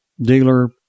dealer